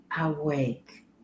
awake